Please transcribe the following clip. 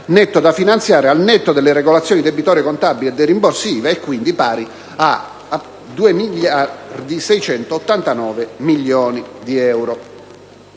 netto da finanziare, al netto delle regolazioni debitorie, contabili e dei rimborsi IVA, è quindi pari a 2.689 milioni di euro.